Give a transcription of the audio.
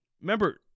remember